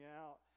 out